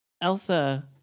Elsa